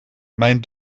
mijn